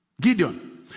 Gideon